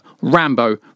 Rambo